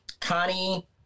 Connie